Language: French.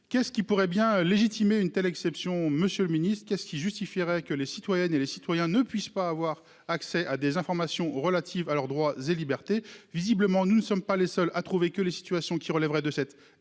Qu'est-ce qui pourrait bien légitimer une telle exception Monsieur le Ministre, qu'est qui justifierait que les citoyennes et les citoyens ne puisse pas avoir accès à des informations relatives à leurs droits et libertés. Visiblement nous ne sommes pas les seuls à trouver que les situations qui relèveraient de cette